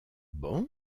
bancs